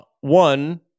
one